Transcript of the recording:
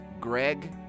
Greg